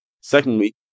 Secondly